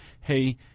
hey